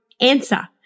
answer